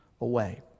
away